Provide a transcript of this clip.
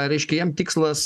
reiškia jam tikslas